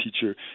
teacher